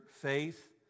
faith